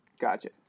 Gotcha